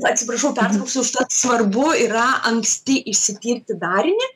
atsiprašau pertrauksiu užtat svarbu yra anksti išsitirti darinį